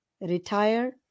retire